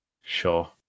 Sure